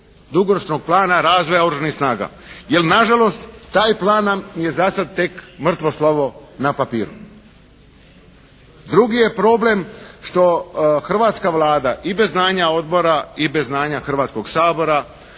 dugoročnog plana razvoja oružanih snaga. Jer nažalost taj plan nam je zasad tek mrtvo slovo na papiru. Drugi je problem što hrvatska Vlada i bez znanja Odbora i bez znanja Hrvatskog sabora